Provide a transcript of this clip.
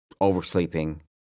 oversleeping